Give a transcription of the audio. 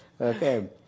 okay